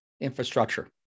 infrastructure